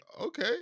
okay